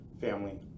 Family